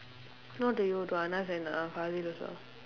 not to you to and uh also